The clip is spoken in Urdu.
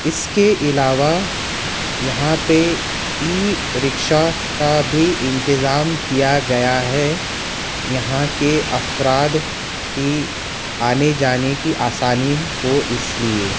اس کے علاوہ یہاں پہ ای رکشہ کا بھی انتظام کیا گیا ہے یہاں کے افراد کی آنے جانے کی آسانی ہو اس لیے